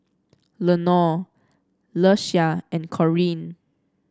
Lenore Ieshia and Corine